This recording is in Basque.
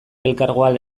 elkargoa